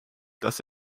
dass